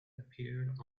appeared